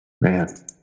Man